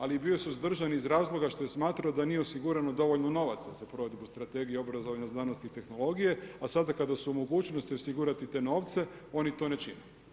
Ali bio je suzdržan iz razloga što je smatrao da nije osigurano dovoljno novaca za provedbu Strategije obrazovanja, znanosti i tehnologije a sada kada su u mogućnosti osigurati te novce oni to ne čine.